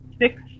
six